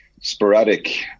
sporadic